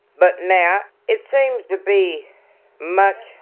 but now it seems to be much,